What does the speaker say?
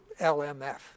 LMF